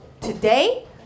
today